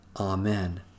Amen